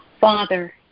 Father